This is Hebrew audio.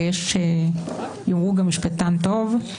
ויש שיאמרו גם משפטן טוב,